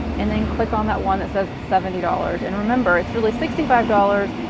and then click on that one that says seventy dollars. and remember, it's really sixty five dollars,